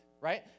right